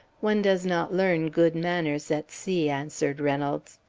one does not learn good manners at sea, answered reynolds.